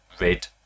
red